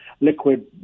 liquid